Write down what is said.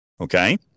Okay